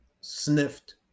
sniffed